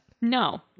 No